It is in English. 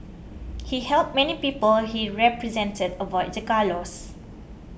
he helped many people he represented avoid the gallows